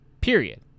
Period